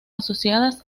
asociadas